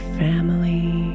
family